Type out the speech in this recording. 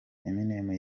eminem